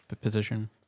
position